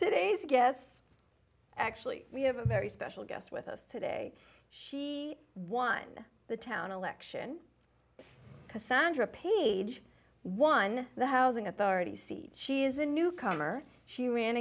today's guests actually we have a very special guest with us today one of the town election cassandra page one the housing authority she is a newcomer she ran